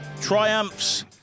Triumphs